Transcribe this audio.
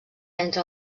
entre